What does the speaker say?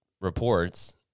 reports